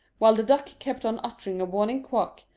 while the duck kept on uttering a warning quack,